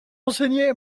enseigné